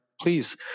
please